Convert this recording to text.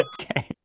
Okay